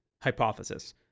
hypothesis